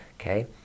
okay